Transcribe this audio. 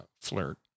flirt